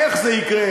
איך זה יקרה,